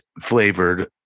flavored